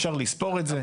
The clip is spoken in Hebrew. אפשר לספור את זה.